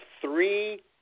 three